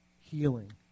healing